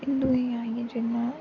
हिंदू दे आइये जि'यां